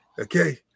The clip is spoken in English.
Okay